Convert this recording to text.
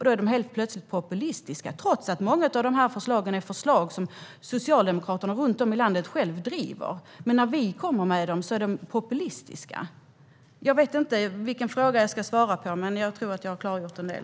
Då är det helt plötsligt populistiskt trots att många av förslagen är förslag som socialdemokrater runt om i landet själva driver. Men när vi kommer med dem är de populistiska. Jag vet inte vilken fråga jag ska svara på, men jag tror att jag har klargjort en del.